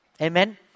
Amen